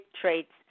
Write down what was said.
traits